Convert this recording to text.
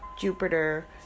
Jupiter